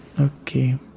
Okay